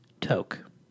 Toke